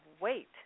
wait